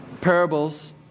parables